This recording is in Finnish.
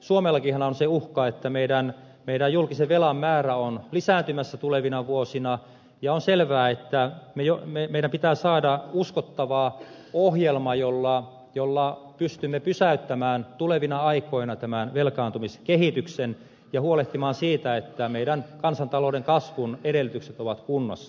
suomellakinhan on se uhka että meidän julkisen velan määrä on lisääntymässä tulevina vuosina ja on selvää että meidän pitää saada uskottava ohjelma jolla pystymme pysäyttämään tulevina aikoina tämän velkaantumiskehityksen ja huolehtimaan siitä että meillä kansantalouden kasvun edellytykset ovat kunnossa